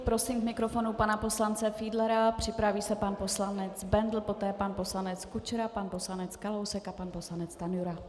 Prosím k mikrofonu pana poslance Fiedlera, připraví se pan poslanec Bendl, poté pan poslanec Kučera, pan poslanec Kalousek a pan poslanec Stanjura.